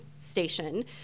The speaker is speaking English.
station